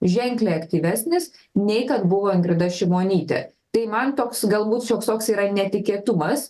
ženkliai aktyvesnis nei kad buvo ingrida šimonytė tai man toks galbūt šioks toks yra netikėtumas